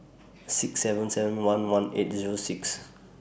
six seven seven one one eight Zero six